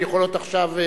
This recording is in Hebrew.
הן יכולות עכשיו,